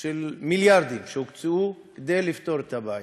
של מיליארדים שהוקצו כדי לפתור את הבעיה.